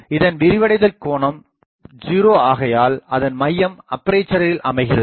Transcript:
இதன் விரிவடைதல் கோணம் 0 ஆகையால் அதன் மையம் அப்பேசரில் அமைகிறது